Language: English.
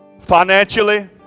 Financially